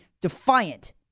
defiant